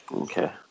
Okay